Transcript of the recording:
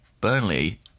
Burnley